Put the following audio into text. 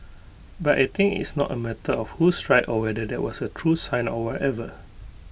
but I think it's not A matter of who's right or whether that was A true sign or whatever